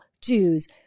Jews